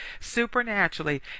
supernaturally